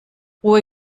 ruhe